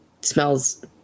smells